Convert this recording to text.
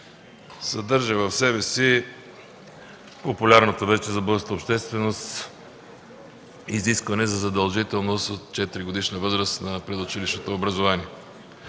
съдържа в себе си популярното вече за българската общественост изискване за задължителност от 4-годишна възраст на предучилищното образование.